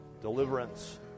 deliverance